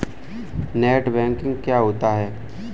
Net banking क्या होता है?